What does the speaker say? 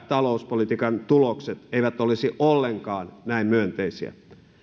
talouspolitiikan tulokset eivät olisi ollenkaan näin myönteisiä